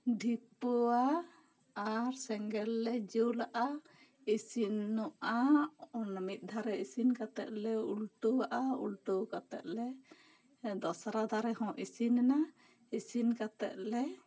ᱫᱷᱤᱯᱟᱹᱣᱟ ᱟᱨ ᱥᱮᱸᱜᱮᱞ ᱞᱮ ᱡᱩᱞᱟᱜᱼᱟ ᱤᱥᱤᱱ ᱱᱚᱜᱼᱟ ᱚᱱᱟ ᱢᱤᱫ ᱫᱷᱟᱨᱮ ᱤᱥᱤᱱ ᱠᱟᱛᱮ ᱞᱮ ᱩᱞᱴᱟᱹᱣᱟᱜᱼᱟ ᱩᱞᱴᱟᱹᱣ ᱠᱟᱛᱮ ᱞᱮ ᱫᱚᱥᱨᱟ ᱫᱟᱨᱮ ᱦᱚ ᱤᱥᱤᱱ ᱮᱱᱟ ᱤᱥᱤᱱ ᱠᱟᱛᱮ ᱞᱮ